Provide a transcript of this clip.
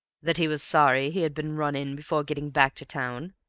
that he was sorry he had been run in before getting back to town,